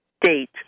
date